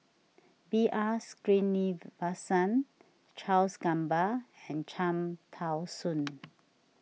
B R Sreenivasan Charles Gamba and Cham Tao Soon